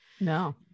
No